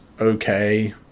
okay